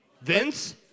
Vince